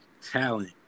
talent